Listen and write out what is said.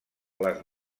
les